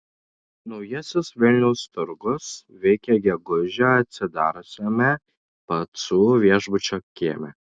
naujasis vilniaus turgus veikia gegužę atsidariusiame pacų viešbučio kieme